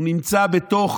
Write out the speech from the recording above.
הוא נמצא לא רק בתוך